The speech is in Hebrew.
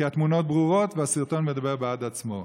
כי התמונות ברורות והסרטון מדבר בעד עצמו.